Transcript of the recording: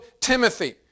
Timothy